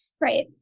Right